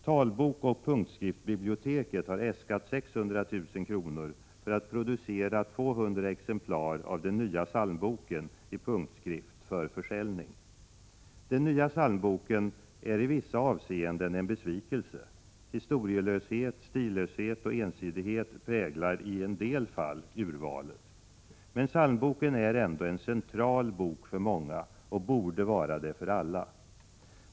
Talboksoch punktskriftsbiblioteket har äskat 600 000 kr. för att produce ra 200 exemplar av den nya psalmboken i punktskrift för försäljning. Den nya psalmboken är i vissa avseenden en besvikelse. Historielöshet, stillöshet och ensidighet präglar i en del fall urvalet. Men psalmboken är ändå en central bok för många och borde vara det för alla.